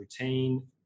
routine